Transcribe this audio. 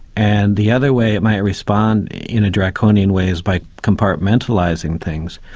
and the other way it might respond, in a draconian way, is by compartmentalising things.